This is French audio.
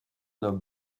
homme